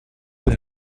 will